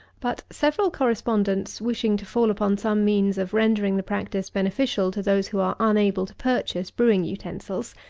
but several correspondents wishing to fall upon some means of rendering the practice beneficial to those who are unable to purchase brewing utensils,